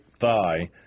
thigh